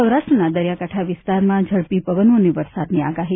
સૌરાષ્ટ્રના દરિયાકાંઠા વિસ્તારમાં ઝડપી પવન અને વરસાદની આગાહી